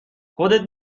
خودت